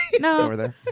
no